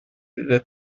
that